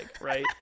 right